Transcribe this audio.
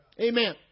Amen